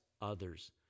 others